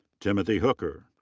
timothy hooker.